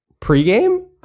pregame